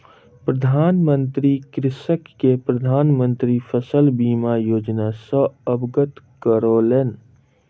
प्रधान मंत्री कृषक के प्रधान मंत्री फसल बीमा योजना सॅ अवगत करौलैन